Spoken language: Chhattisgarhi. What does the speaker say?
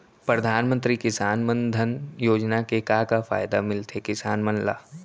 परधानमंतरी किसान मन धन योजना के का का फायदा मिलथे किसान मन ला?